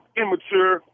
immature